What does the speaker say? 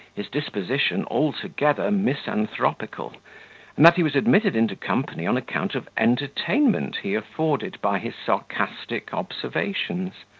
his disposition altogether misanthropical and that he was admitted into company on account of entertainment he afforded by his sarcastic observations,